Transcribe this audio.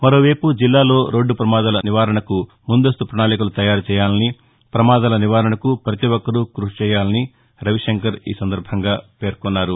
మరోవైపు జిల్లాలో రోడ్ట పమాదాల నివారణకు ముందస్తు పణాళికలు తయారు చేయాలని ప్రమాదాల నివారణకు ప్రతి ఒక్కరూ క్బషి చేయాలని రవిశంకర్ పేర్కొన్నారు